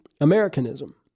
Americanism